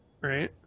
right